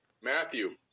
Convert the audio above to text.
Matthew